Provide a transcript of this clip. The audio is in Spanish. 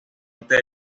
norte